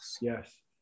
Yes